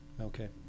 Okay